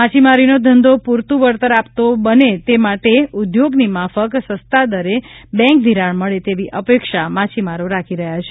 માછીમારીનો ધંધો પુરુતું વળતર આપતો બને તે માટે ઉદ્યોગની માફક સસ્તાદરે બેંક ધિરાણ મળે તેવી અપેક્ષા માછીમારો રાખી રહ્યા છે